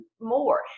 more